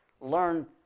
learn